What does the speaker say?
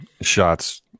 shots